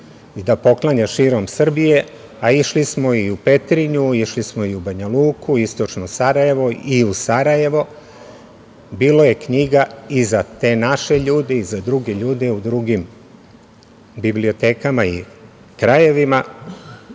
i da poklanjaš širom Srbije, a išli smo i u Petrinju, išli smo i u Banja Luku, istočno Sarajevo, i u Sarajevo. Bilo je knjiga i za te naše ljude i za druge ljude u drugim bibliotekama i krajevima.